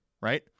right